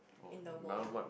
in the world